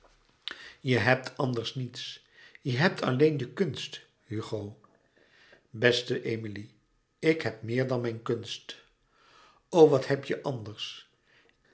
je hebt anders niets je hebt alleen je kunst hugo beste emilie ik heb meer dan mijn kunst o wat heb je anders